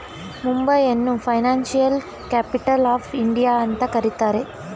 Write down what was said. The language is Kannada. ಮುಂಬೈಯನ್ನು ಫೈನಾನ್ಸಿಯಲ್ ಕ್ಯಾಪಿಟಲ್ ಆಫ್ ಇಂಡಿಯಾ ಅಂತ ಕರಿತರೆ